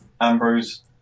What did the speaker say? Ambrose